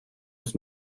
its